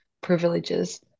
privileges